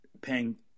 paying